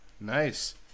nice